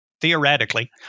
theoretically